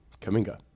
Kaminga